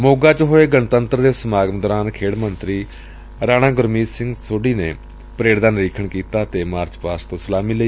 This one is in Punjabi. ਮੋਗਾ ਵਿਖੇ ਹੋਏ ਗਣੰਤਰ ਦਿਵਸ ਸਮਾਗਮ ਦੌਰਾਨ ਖੇਡ ਮੰਤਰੀ ਰਾਣਾ ਗੁਰਮੀਤ ਸਿੰਘ ਸੋਢੀ ਨੇ ਪਰੇਡ ਦਾ ਨਿਰੀਖਣ ਕੀਤਾ ਅਤੇ ਮਾਰਚ ਪਾਸਟ ਤੋ ਸਲਾਮੀ ਲਈ